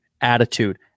attitude